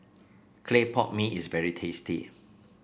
Clay Pot Mee is very tasty